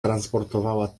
transportowała